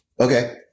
okay